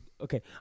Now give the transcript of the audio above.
Okay